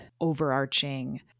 overarching